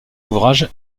ouvrage